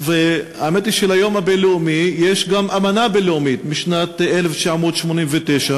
אולי דוד ביטן ייזום איזשהו תיקון של חוק חסינות חברי כנסת או משהו,